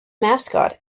mascot